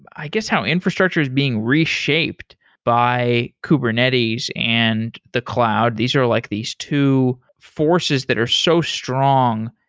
i guess, how infrastructure is being reshaped by kubernetes and the cloud. these are like these two forces that are so strong.